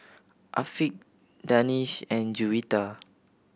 Afiq Danish and Juwita